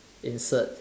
insert